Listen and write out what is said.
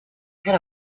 had